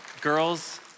Girls